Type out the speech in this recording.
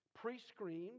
pre-screened